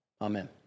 Amen